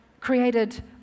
created